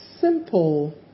simple